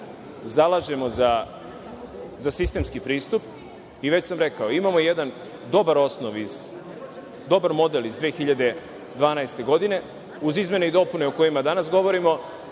zalažemo za sistemski pristup i već sam rekao – imamo jedan dobar model iz 2012. godine. Uz izmene i dopune o kojima danas govorimo